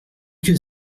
que